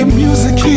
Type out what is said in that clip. music